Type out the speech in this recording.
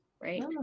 right